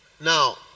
Now